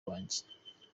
rwanjye